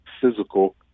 physical